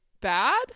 bad